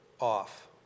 off